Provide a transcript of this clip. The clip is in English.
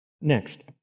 Next